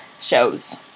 shows